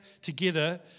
together